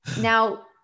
Now